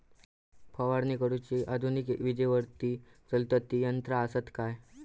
फवारणी करुची आधुनिक विजेवरती चलतत ती यंत्रा आसत काय?